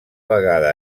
vegada